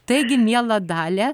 taigi miela dalia